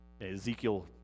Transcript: Ezekiel